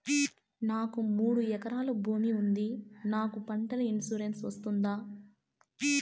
నాకు మూడు ఎకరాలు భూమి ఉంది నాకు పంటల ఇన్సూరెన్సు వస్తుందా?